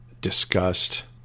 disgust